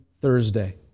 Thursday